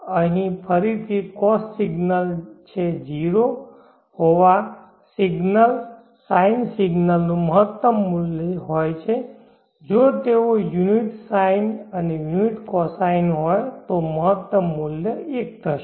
અહીં ફરીથી cos signal છે 0 હોવા sine સિગ્નલનું મહત્તમ મૂલ્ય હોય છે જો તેઓ યુનિટ sine અને યુનિટ cosine હોય તો મહત્તમ મૂલ્ય 1 થશે